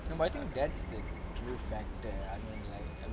no but I think that's the true fact that I mean like